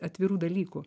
atvirų dalykų